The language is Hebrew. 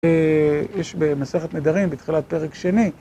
יש במסכת נדרים, בתחילת פרק שני.